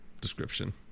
description